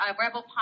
rebel